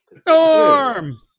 Storm